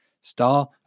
star